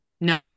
No